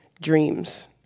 dreams